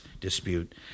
dispute